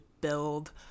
build